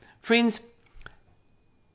Friends